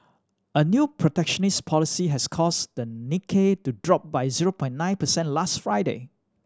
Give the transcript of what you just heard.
a new protectionist policy has caused the Nikkei to drop by zero point nine percent last Friday